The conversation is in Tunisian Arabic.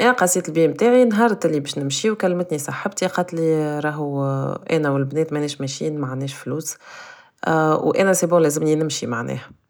انا قصيت البيام متاعي نهار اللي باش نمشيو كلمتني صاحبتي قاتلي راهو انا و البنات مناش ماشيين معندناش فلوس و انا سيبون لازمني نمشي معناها